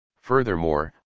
Furthermore